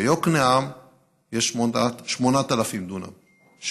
ביוקנעם יש 8,000 דונם,